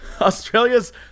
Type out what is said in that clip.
Australia's